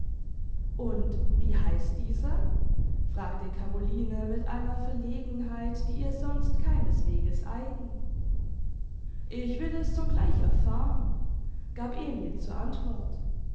und wie heißt dieser fragte caroline mit einer verlegenheit die ihr sonst keinesweges eigen ich will es sogleich erfahren gab emil zur antwort